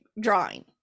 drawing